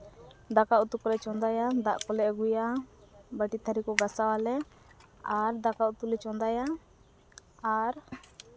ᱫᱟᱠᱟ ᱩᱛᱩ ᱠᱚᱞᱮ ᱪᱚᱸᱫᱟᱭᱟ ᱫᱟᱜ ᱠᱚᱞᱮ ᱟᱹᱜᱩᱭᱟ ᱵᱟᱹᱴᱤ ᱛᱷᱟᱹᱨᱤ ᱠᱚ ᱜᱟᱥᱟᱣᱟᱞᱮ ᱟᱨ ᱫᱟᱠᱟ ᱩᱛᱩ ᱞᱮ ᱪᱚᱸᱫᱟᱭᱟ ᱟᱨ